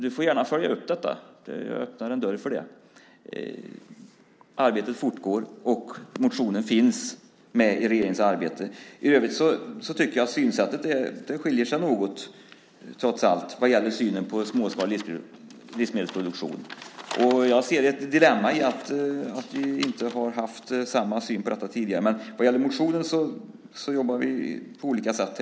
Du får gärna följa upp denna fråga. Jag öppnar en dörr för det. Arbetet fortgår, och motionen finns med i regeringens arbete. Vi skiljer oss något åt vad gäller synen på småskalig livsmedelsproduktion. Jag ser ett dilemma i att vi inte har haft samma syn på detta tidigare. Vad gäller motionen jobbar vi på olika sätt.